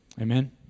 Amen